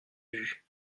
vue